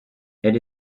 elle